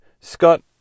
Scott